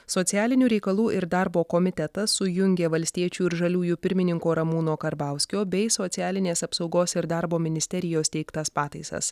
socialinių reikalų ir darbo komitetas sujungė valstiečių ir žaliųjų pirmininko ramūno karbauskio bei socialinės apsaugos ir darbo ministerijos teiktas pataisas